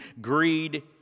greed